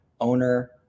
Owner